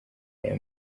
aya